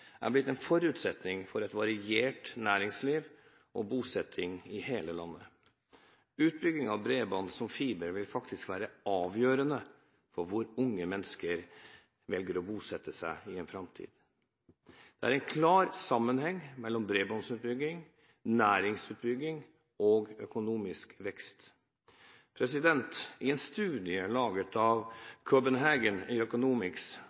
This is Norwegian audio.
forutsetning for et variert næringsliv og bosetting i hele landet. Utbygging av bredbånd som fiber vil faktisk være avgjørende for hvor unge mennesker velger å bosette seg i framtiden. Det er en klar sammenheng mellom bredbåndsutbygging, næringsutbygging og økonomisk vekst. En studie laget